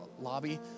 lobby